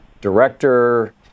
director